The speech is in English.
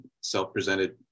self-presented